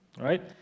right